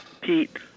Pete